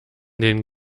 den